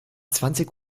zwanzig